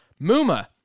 Muma